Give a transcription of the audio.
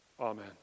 Amen